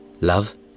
Love